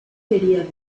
quería